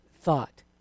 thought